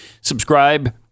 Subscribe